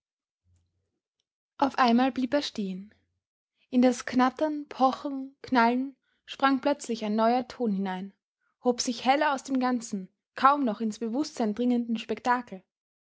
auf einmal blieb er stehen in das knattern pochen knallen sprang plötzlich ein neuer ton hinein hob sich hell aus dem ganzen kaum noch ins bewußtsein dringenden spektakel